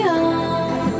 on